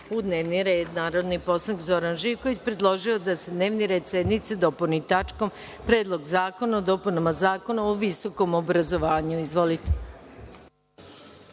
u dnevni red. Narodni poslanik Zoran Živković predložio je da se dnevni red sednice dopuni tačkom – Predlog zakona o dopunama Zakona o visokom obrazovanju. Izvolite.